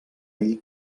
ell